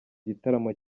gitaramo